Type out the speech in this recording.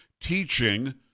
teaching